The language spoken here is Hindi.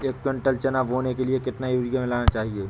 एक कुंटल चना बोने के लिए कितना यूरिया मिलाना चाहिये?